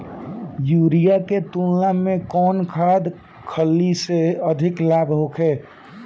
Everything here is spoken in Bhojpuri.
यूरिया के तुलना में कौन खाध खल्ली से अधिक लाभ होखे?